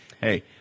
Hey